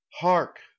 Hark